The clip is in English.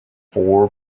four